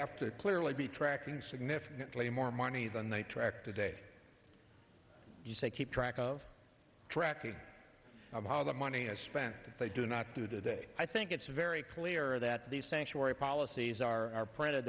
to clearly be tracking significantly more money than they track today you say keep track of tracking of how the money is spent if they do not do today i think it's very clear that these sanctuary policies are